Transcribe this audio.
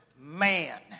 man